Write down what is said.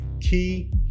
key